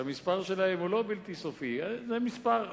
המספר שלהם הוא לא בלתי סופי, זה מספר.